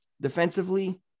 defensively